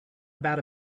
about